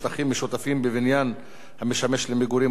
חובת ייצוג הולם לאנשים עם מוגבלות),